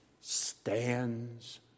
Stands